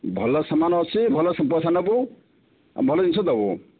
ଭଲ ସାମାନ ଅଛି ଭଲ ପଇସା ନେବୁ ଭଲ ଜିନିଷ ଦେବୁ